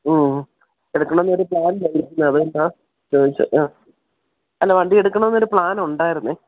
മ്മ് ഹമ് എടുക്കണമെന്ന് ഒരു പ്ലാൻ ഉണ്ടായിരുന്നു അതുകൊണ്ടാണ് ചോദിച്ചത് ആ അല്ല വണ്ടി എടുക്കണമെന്നൊരു പ്ലാൻ ഉണ്ടായിരുന്നു